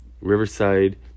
Riverside